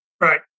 Right